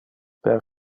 per